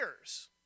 years